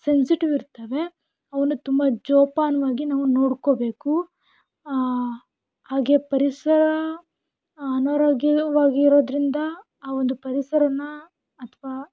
sensitive ಇರ್ತವೆ ಅವನ್ನ ತುಂಬ ಜೋಪಾನವಾಗಿ ನಾವು ನೋಡ್ಕೋಬೇಕು ಹಾಗೆ ಪರಿಸರ ಅನಾರೋಗ್ಯವಾಗಿ ಇರೋದರಿಂದ ಆ ಒಂದು ಪರಿಸರನ ಅಥವಾ